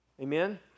Amen